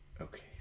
Okay